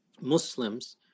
Muslims